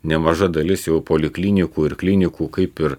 nemaža dalis jau poliklinikų ir klinikų kaip ir